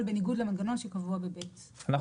בניגוד למנגנון שקבוע בסעיף משנה ב'.